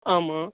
ஆமாம்